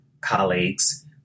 colleagues